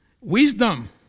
Wisdom